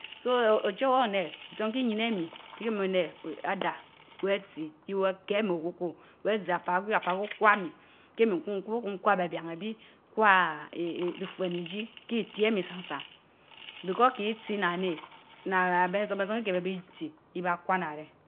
soo eeh ochorwor oruneh, itson kii yin emii feh meh neh adan, weh tii yeh weh keh mii okuor, weh zeh apaagwi apaaga okwamii, keh min kun bu kun kwa abian ebii, ka eeeh eeh ifuen ijii kii tii emi tsan san, because tii tii nnaaan neh naan bensom bensom yeh keh beh bii tsi ibaa kwana reh.